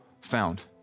found